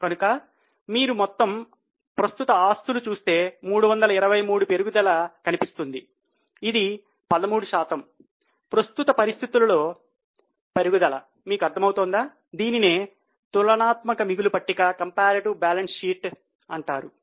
కనుక మీరు మొత్తం ప్రస్తుత ఆస్తులు అంటారు